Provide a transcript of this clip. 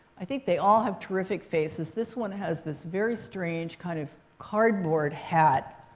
i think they all have terrific faces. this one has this very strange kind of cardboard hat.